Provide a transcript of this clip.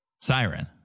Siren